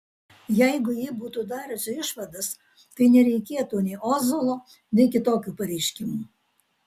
jeigu ji būtų dariusi išvadas tai nereikėtų nei ozolo nei kitokių pareiškimų